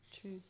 True